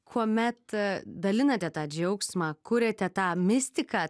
kuomet dalinate tą džiaugsmą kuriate tą mistiką